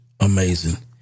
Amazing